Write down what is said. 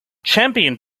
champion